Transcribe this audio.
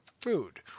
food